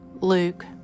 Luke